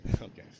Okay